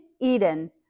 Eden